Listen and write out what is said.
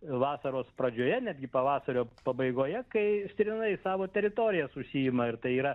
vasaros pradžioje netgi pavasario pabaigoje kai stirninai savo teritorijas užsiima ir tai yra